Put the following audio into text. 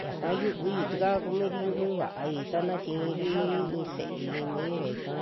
Yaka yuviyu tikaa kuri yuvivaai, tana tiiri i'i se'ei i'i miira yaka